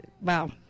wow